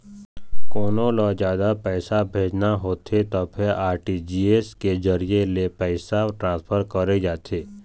कोनो ल जादा पइसा भेजना होथे तभे आर.टी.जी.एस के जरिए ले पइसा ट्रांसफर करे जाथे